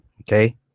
Okay